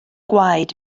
gwaed